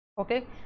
okay